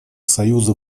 союза